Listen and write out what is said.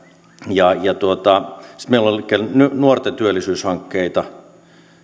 ja ja sitten meillä on nuorten työllisyyshankkeita